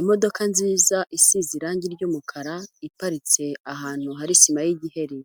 Imodoka nziza isize irangi ry'umukara iparitse ahantu hari sima y'igiheri,